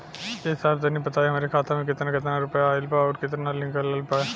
ए साहब तनि बताई हमरे खाता मे कितना केतना रुपया आईल बा अउर कितना निकलल बा?